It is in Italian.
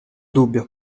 dubbio